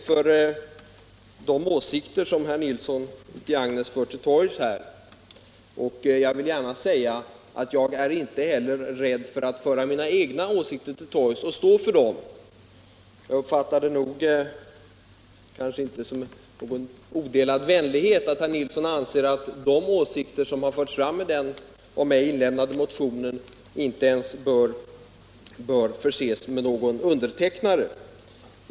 Herr talman! Jag har den största respekt för de åsikter som herr Nilsson i Agnäs för till torgs. Jag är inte heller rädd för att föra mina egna åsikter till torgs och stå för dem. Jag uppfattade det inte som någon odeiad vänlighet att herr Nilsson ansåg att de åsikter som har förts fram i den av mig väckta motionen inte ens bör förses med någon namnunderskrift.